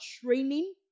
training